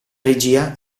regia